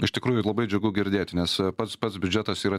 iš tikrųjų labai džiugu girdėti nes pats pats biudžetas yra